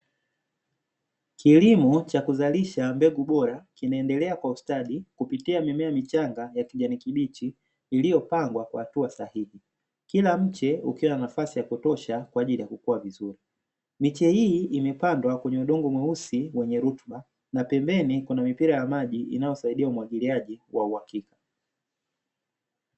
Kilimo cha kuzalisha mbegu bora kinaendelea kwa ustadi kupitia mimea michanga ya kijani kibichi iliyopangwa kwa hatua sahii. Kila mche ukiwa na nafasi ya kutosha kwajili ya kukua vizuri. Miche hii imepandwa kwenye udongo mweusi wenye rutuba na pembeni kuna mpira ya maji inayosaidia kilimo cha umwagiliaji cha uhakika.